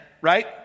right